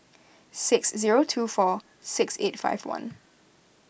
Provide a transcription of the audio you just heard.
six zero two four six eight five one